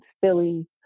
Philly